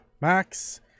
Max